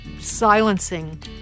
silencing